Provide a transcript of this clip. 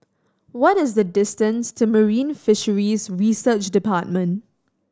what is the distance to Marine Fisheries Research Department